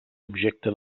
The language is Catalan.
objecte